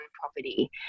property